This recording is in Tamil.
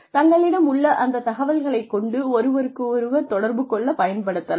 தங்களிடம் உள்ள அந்த தகவல்களைக் கொண்டு ஒருவருக்கொருவர் தொடர்பு கொள்ளப் பயன்படுத்தலாம்